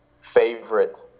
favorite